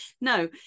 no